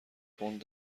پوند